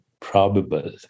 probable